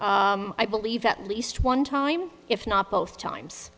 i believe at least one time if not both times